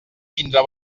tindre